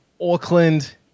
Auckland